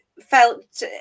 felt